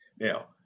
Now